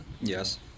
yes